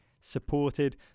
supported